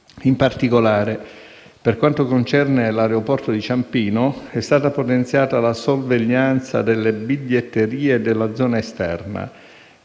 In particolare, per quanto concerne l'aeroporto di Ciampino, è stata potenziata la sorveglianza delle biglietterie e della zona esterna,